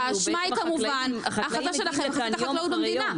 האשמה היא כמובן ההחלטה שלכם --- את החקלאות במדינה.